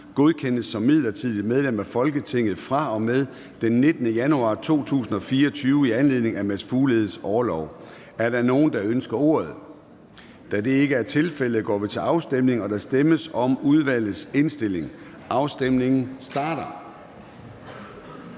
godkendes som midlertidigt medlem af Folketinget fra og med den 19. februar 2024 i anledning af Mads Fugledes orlov. Er der nogen, der ønsker ordet? Da det ikke er tilfældet, går vi til afstemning. Kl. 10:01 Afstemning Formanden (Søren Gade): Der stemmes om udvalgets indstilling. Afstemningen starter.